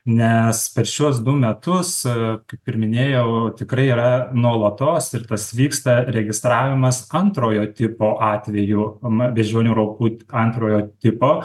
nes per šiuos du metus kaip ir minėjau tikrai yra nuolatos ir tas vyksta registravimas antrojo tipo atvejų na beždžionių raupų antrojo tipo